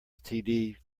std